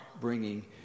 bringing